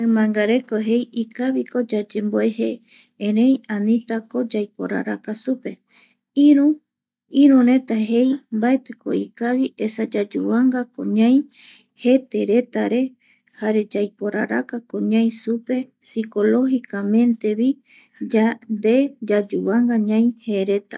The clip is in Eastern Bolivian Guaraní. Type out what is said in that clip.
Mimbangareko jei ikaviko yayemboe je erei anitako yaiporaraka supe, iru, irureta jei mbaetiko ikavi esa yayuvanga ñai jete retare jare yaiporarakako ñai supe psicologicamente vi jare yande yayuvanga ñai jereta.